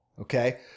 okay